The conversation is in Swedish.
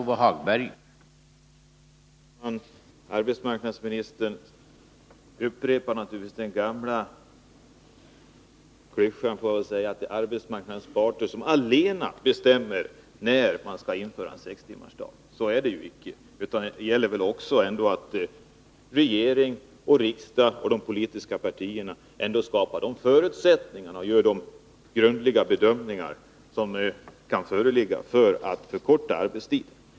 Herr talman! Arbetsmarknadsministern upprepar naturligtvis den gamla klyschan att det är arbetsmarknadens parter som allena bestämmer när man skall införa en sextimmarsdag. Så är det ju icke, utan det gäller att regering, riksdag och de politiska partierna skapar de förutsättningar och gör de grundliga bedömningar som kan behövas för att förkorta arbetstiden.